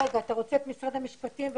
חברות ממשלתיות,